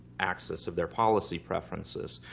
axis of their policy preferences.